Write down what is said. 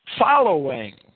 Following